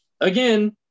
Again